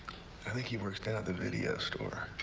i think he works down at the video store.